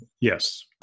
Yes